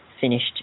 finished